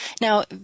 Now